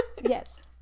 Yes